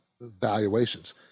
valuations